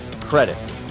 credit